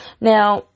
Now